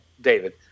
David